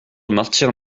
martyre